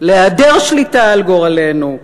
להיעדר שליטה על גורלנו,